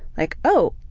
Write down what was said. like oh,